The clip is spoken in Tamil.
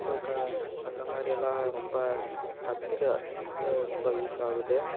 க அந்தமாதிரி எல்லாம் ரொம்ப கற்றுக்க ரொம்ப யூஸ் ஆகுது